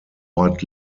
ort